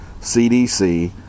CDC